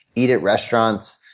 eat at restaurants.